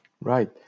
Right